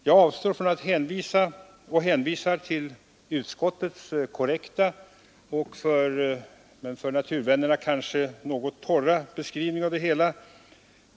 Jag avstår från det och hänvisar till utskottets korrekta men för naturvännerna kanske något torra beskrivning.